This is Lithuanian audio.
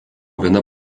viena